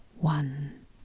one